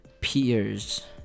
peers